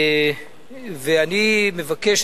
אני מבקש,